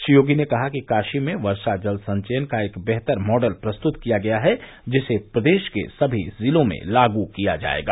श्री योगी ने कहा कि काशी में वर्षा जल संचयन का एक बेहतर मॉडल प्रस्तृत किया गया है जिसे प्रदेश के सभी जिलों में लागू किया जाएगा